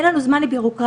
אין לנו זמן לבירוקרטיה.